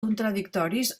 contradictoris